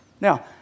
Now